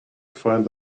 find